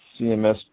CMS